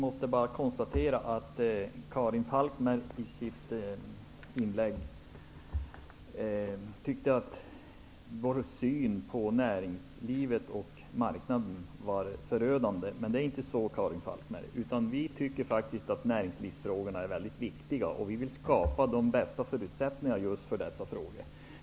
Fru talman! Karin Falkmer tycker att vår syn på näringslivet och marknaden är förödande. Men det är inte så, Karin Falkmer, utan vi tycker att näringslivsfrågorna är väldigt viktiga, och vi vill skapa de bästa förutsättningar för näringslivet.